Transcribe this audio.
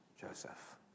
Joseph